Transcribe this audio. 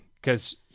because-